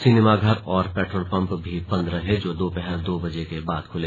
सिनेमाघर और petrol pump भी बंद रहे जो दोपहर दो बजे के बाद खुले